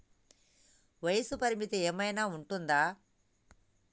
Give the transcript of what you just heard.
వయస్సు పరిమితి ఏమైనా ఉంటుందా?